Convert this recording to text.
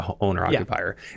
owner-occupier